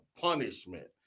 punishment